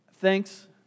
thanks